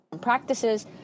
practices